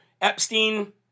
Epstein